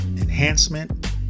enhancement